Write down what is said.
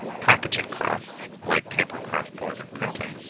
packaging costs like paper kraft board and printing